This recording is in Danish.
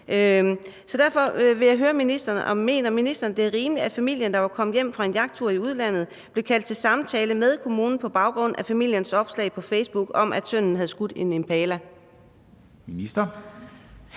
Så derfor vil jeg høre, om ministeren mener, det er rimeligt, at familien, der var kommet hjem fra en jagttur i udlandet, blev kaldt til samtale med kommunen på baggrund af familiens opslag på Facebook om, at sønnen havde skudt en impala? Kl.